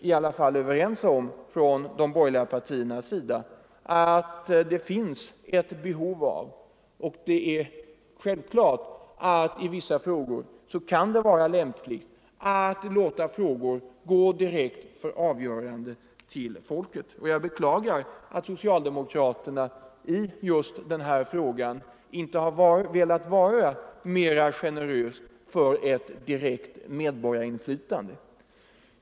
Inom de borgerliga partierna är vi i alla fall överens om att det kan vara lämpligt att låta vissa frågor gå direkt till folket för avgörande. Jag beklagar att socialdemokraterna i just denna fråga inte har velat vara mera generösa när det gäller direkt medborgarinflytande.